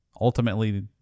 ultimately